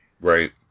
right